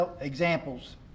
examples